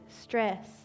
stress